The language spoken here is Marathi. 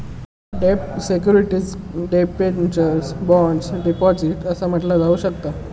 डेब्ट सिक्युरिटीजका डिबेंचर्स, बॉण्ड्स, डिपॉझिट्स असा म्हटला जाऊ शकता